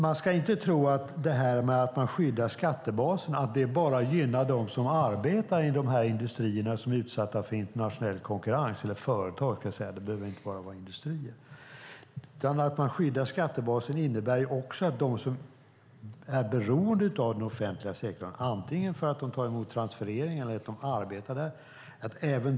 Man ska inte tro att skyddet av skattebaserna enbart gynnar dem som arbetar i de företag - det behöver inte bara vara industrier - som är utsatta för internationell konkurrens. Att man skyddar skattebasen innebär också att man gynnar dem som är beroende av den offentliga sektorn för att de tar emot transfereringar därifrån eller arbetar där.